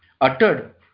uttered